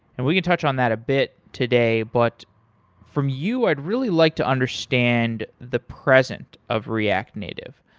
and we can touch on that a bit today. but from you, i'd really like to understand the present of react native.